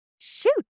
Shoot